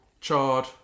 chard